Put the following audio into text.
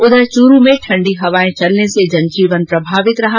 उधर चूरु में ठंडी हवाएं चलने से जनजीवन प्रभावित रहा